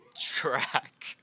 track